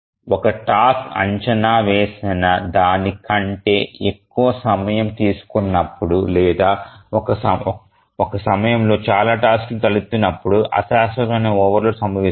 ఒక టాస్క్ అంచనా వేసిన దాని కంటే ఎక్కువ సమయం తీసుకున్నప్పుడు లేదా ఒక సమయంలో చాలా టాస్క్లు తలెత్తినప్పుడు అశాశ్వతమైన ఓవర్లోడ్ సంభవిస్తుంది